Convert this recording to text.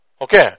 Okay